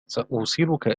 سأوصلك